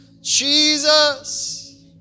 Jesus